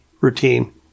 routine